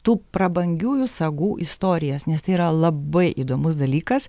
tų prabangiųjų sagų istorijas nes tai yra labai įdomus dalykas